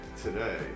today